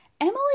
Emily